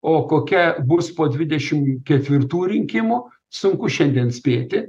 o kokia bus po dvidešimt ketvirtų rinkimų sunku šiandien spėti